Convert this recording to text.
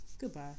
goodbye